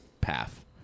path